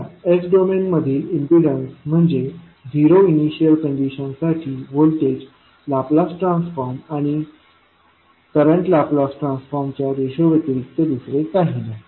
आता s domain मधील impedance म्हणजे झिरो इनिशियल कंडिशन साठी व्होल्टेज लाप्लास ट्रान्सफॉर्म आणि करंट लाप्लास ट्रान्सफॉर्मच्या रेशो व्यतिरिक्त दुसरे काही नाही